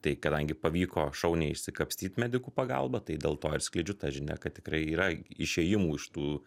tai kadangi pavyko šauniai išsikapstyt medikų pagalba tai dėl to ir skleidžiu tą žinią kad tikrai yra išėjimų iš tų